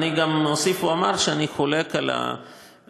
אני גם אוסיף ואומר שאני חולק על האמירה